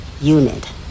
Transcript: unit